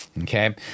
okay